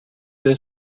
est